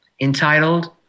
entitled